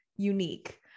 unique